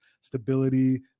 stability